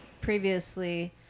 previously